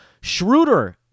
Schroeder